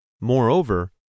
Moreover